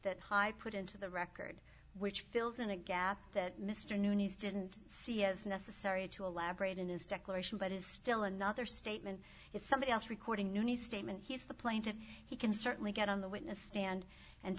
that high put into the record which fills in a gap that mr newman is didn't see as necessary to elaborate in his declaration but is still another statement is somebody else recording new statement he's the plaintiff he can certainly get on the witness stand and